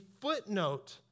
footnote